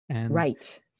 Right